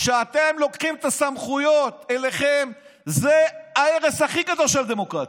כשאתם לוקחים את הסמכויות אליכם זה ההרס הכי גדול של הדמוקרטיה.